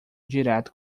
direto